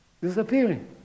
disappearing